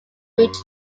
bridge